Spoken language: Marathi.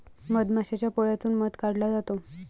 मधमाशाच्या पोळ्यातून मध काढला जातो